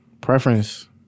preference